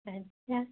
अच्छा